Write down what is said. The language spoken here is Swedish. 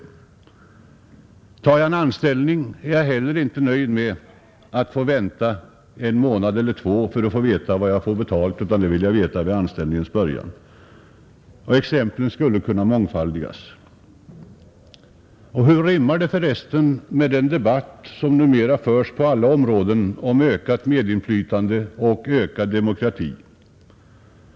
Och om jag tar en anställning är jag heller inte nöjd med att få vänta en månad eller två för att få veta vad jag får betalt; det vill jag veta vid anställningens början, Exemplen skulle kunna mångfaldigas. Hur rimmar detta för övrigt med den debatt som numera förs på alla områden om ökat medinflytande och ökad demokrati?